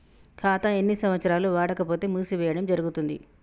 ఖాతా ఎన్ని సంవత్సరాలు వాడకపోతే మూసివేయడం జరుగుతుంది?